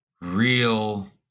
real